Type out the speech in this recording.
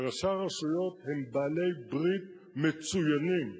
וראשי הרשויות הם בעלי-ברית מצוינים.